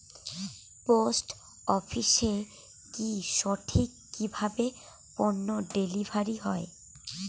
Post অফিসে কি সঠিক কিভাবে পন্য ডেলিভারি হয়?